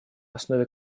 основе